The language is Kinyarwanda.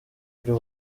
by’u